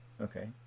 Okay